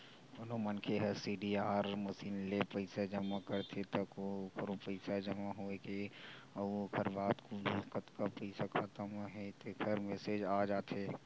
कोनो मनखे ह सीडीआर मसीन ले पइसा जमा करथे त ओखरो पइसा जमा होए के अउ ओखर बाद कुल कतका पइसा खाता म हे तेखर मेसेज आ जाथे